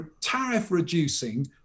tariff-reducing